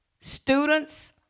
Students